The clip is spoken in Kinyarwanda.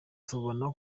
tubona